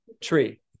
tree